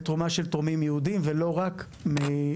מתרומה של תורמים יהודים ולא רק מהסוכנות היהודית.